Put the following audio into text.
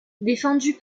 défendu